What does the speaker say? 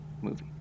movie